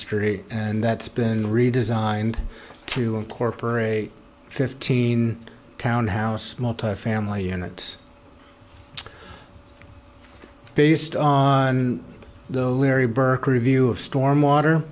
street and that's been redesigned to incorporate fifteen town house family unit based on the larry burke review of stormwater